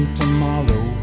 tomorrow